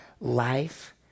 life